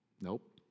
Nope